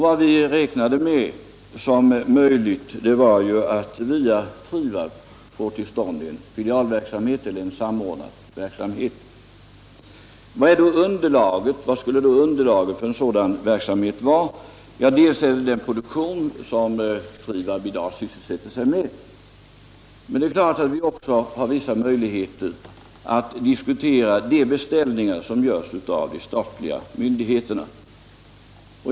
Vad vi räknade med som möjligt var ju att via Trivab få till stånd en filialverksamhet — eller en samordnad verksamhet. Vad skulle då underlaget för en sådan verksamhet vara? Det är till en del den produktion som Trivab i dag sysselsätter sig med. Men det är klart att vi också har vissa möjligheter att diskutera de beställningar som görs av de statliga myndigheterna.